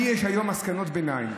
יש לי היום מסקנות ביניים,